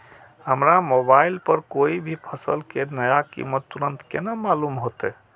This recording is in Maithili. हमरा मोबाइल पर कोई भी फसल के नया कीमत तुरंत केना मालूम होते?